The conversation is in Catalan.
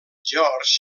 george